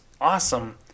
awesome